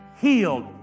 healed